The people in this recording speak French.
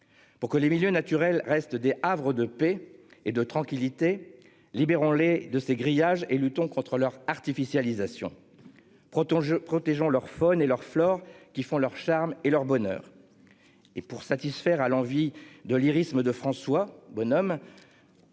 Pour que les milieux naturels reste des havres de paix et de tranquillité libérons les de ces grillages et ton contrôleur artificialisation. Proton je protégeant leur faune et leur flore qui font leur charme et leur bonheur. Et pour satisfaire à l'envie de lyrisme de François Bonhomme.